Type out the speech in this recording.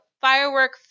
firework